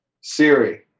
Siri